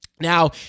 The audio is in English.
Now